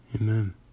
Amen